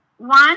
One